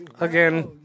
again